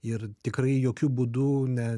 ir tikrai jokiu būdu ne